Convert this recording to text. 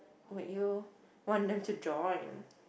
wait you want them to join